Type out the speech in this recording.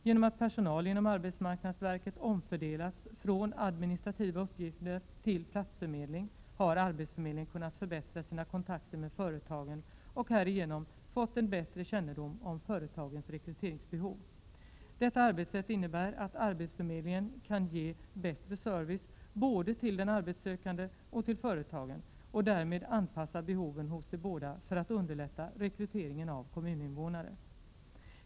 Genom att personal inom arbetsmarknadsverket omfördelats från administrativa uppgifter till platsförmedling har arbetsförmedlingen kunnat förbättra sina kontakter med företagen och härigenom fått en bättre kännedom om företagens rekryteringsbehov. Detta arbetssätt innebär att arbetsförmedlingen kan ge bättre service både till den arbetssökande och till företagen och därvid anpassa behoven hos de båda för att underlätta rekryteringen av kommuninvånare.